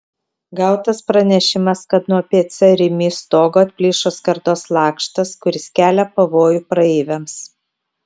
gautas pranešimas kad nuo pc rimi stogo atplyšo skardos lakštas kuris kelia pavojų praeiviams